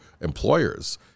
employers